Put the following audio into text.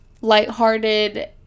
lighthearted